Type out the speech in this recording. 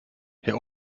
herr